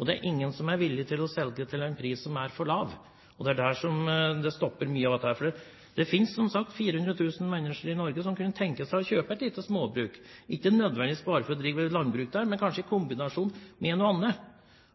og det er ingen som er villig til å selge til en pris som er for lav. Det er der mye av dette stopper. Det finnes som sagt 400 000 mennesker i Norge som kunne tenke seg å kjøpe et lite småbruk, ikke nødvendigvis bare for å drive landbruk, men kanskje i kombinasjon med noe annet.